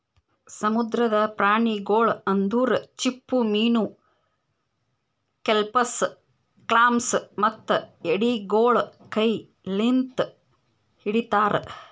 ಸಮುದ್ರದ ಪ್ರಾಣಿಗೊಳ್ ಅಂದುರ್ ಚಿಪ್ಪುಮೀನು, ಕೆಲ್ಪಸ್, ಕ್ಲಾಮ್ಸ್ ಮತ್ತ ಎಡಿಗೊಳ್ ಕೈ ಲಿಂತ್ ಹಿಡಿತಾರ್